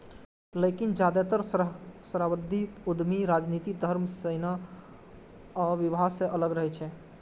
लेकिन जादेतर सहस्राब्दी उद्यमी राजनीति, धर्म, सेना आ विवाह सं अलग रहै छै